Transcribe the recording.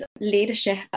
leadership